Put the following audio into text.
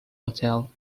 hotel